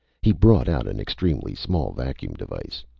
he brought out an extremely small vacuum device.